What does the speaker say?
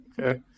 Okay